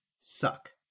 suck